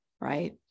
right